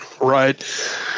right